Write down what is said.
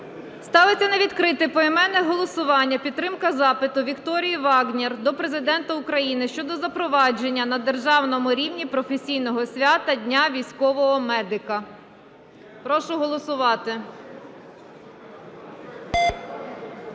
Ставиться на відкрите поіменне голосування підтримка запиту Вікторії Вагнєр до Президента України щодо запровадження на державному рівні професійного свята – Дня військового медика. Прошу голосувати.